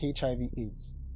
HIV/AIDS